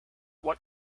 what